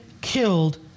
killed